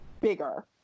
bigger